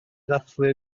ddathlu